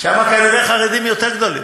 שם כנראה חרדים יותר גדולים.